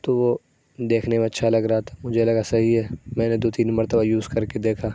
تو وہ دیکھنے میں اچھا لگ رہا تھا مجھے لگا صحیح ہے میں نے دو تین مرتبہ یوز کر کے دیکھا